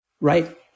right